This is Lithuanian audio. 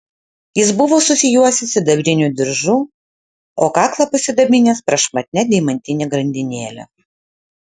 jis buvo susijuosęs sidabriniu diržu o kaklą pasidabinęs prašmatnia deimantine grandinėle